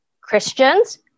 Christians